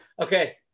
Okay